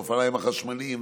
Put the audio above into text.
האופניים החשמליים,